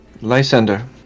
Lysander